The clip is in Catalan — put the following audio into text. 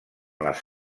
les